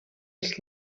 als